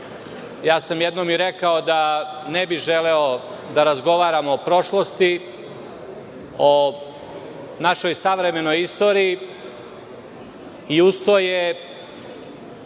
ja sam jednom i rekao da ne bih želeo da razgovaramo o prošlosti, o našoj savremenoj istoriji, a uz to je